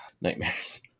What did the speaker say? nightmares